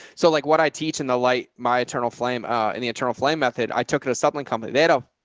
so like what i teach in the light, my eternal flame ah in the eternal flame method, i took it a sibling company. they had no.